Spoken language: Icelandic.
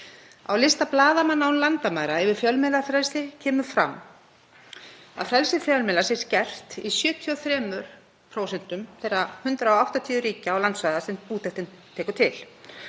Á lista Blaðamanna án landamæra yfir fjölmiðlafrelsi kemur fram að frelsi fjölmiðla sé skert í 73% þeirra 180 ríkja og landsvæða sem úttektin tekur til.